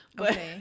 Okay